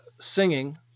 singing